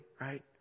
right